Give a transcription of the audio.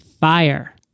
FIRE